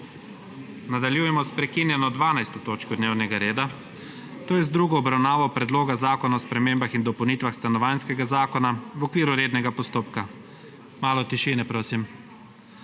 Nadaljujemo s prekinjeno 12. točko dnevnega reda, to je z drugo obravnavo predloga zakona o spremembah in dopolnitvah stanovanjskega zakona v okviru rednega postopka. Malo tišine prosim.